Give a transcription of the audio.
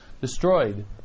destroyed